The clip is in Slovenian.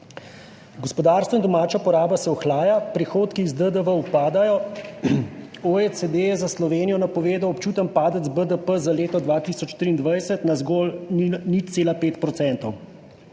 Gospodarstvo in domača poraba se ohlaja, prihodki iz DDV upadajo, OECD je za Slovenijo napovedal občuten padec BDP za leto 2023 na zgolj 0,5 %.